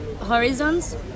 horizons